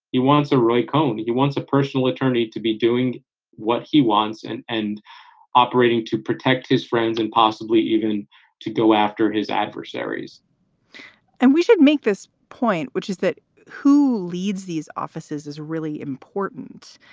he wants a roy cohn. he wants a personal attorney to be doing what he wants and and operating to protect his friends and possibly even to go after his adversaries and we should make this point, which is that who leads these offices is really important.